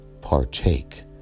partake